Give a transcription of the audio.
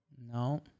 No